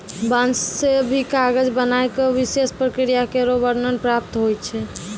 बांस सें भी कागज बनाय क विशेष प्रक्रिया केरो वर्णन प्राप्त होय छै